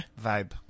vibe